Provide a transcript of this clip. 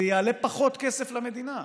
זה יעלה פחות כסף למדינה,